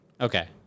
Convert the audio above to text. Okay